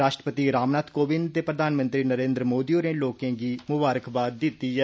राश्ट्रपति रामनाथ कोविंद ते प्रधानमंत्री नरेन्द्र मोदी होरें लोकें गी मुबारकबाद दित्ती ऐ